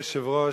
אדוני היושב-ראש,